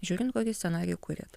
žiūrint kokį scenarijų kuriat